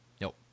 nope